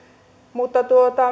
mutta